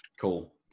cool